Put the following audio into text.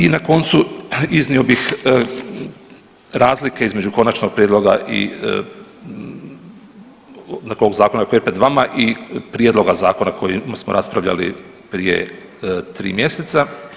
I na koncu iznio bih razlike između konačnog prijedloga i dakle ovog zakona koji je pred vama i prijedloga zakona koji smo raspravljali prije tri mjeseca.